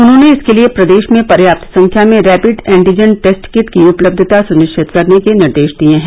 उन्होंने इसके लिए प्रदेश में पर्याप्त संख्या में रैपिड एन्टीजन टेस्ट किट की उपलब्धता सुनिश्चित करने के निर्देश दिए हैं